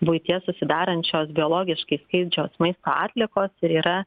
buityje susidarančios biologiškai skaidžios maisto atliekos ir yra